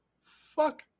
fuck